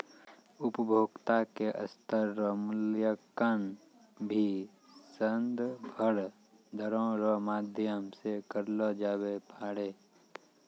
उपभोक्ता के स्तर रो मूल्यांकन भी संदर्भ दरो रो माध्यम से करलो जाबै पारै